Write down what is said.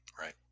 Right